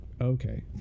okay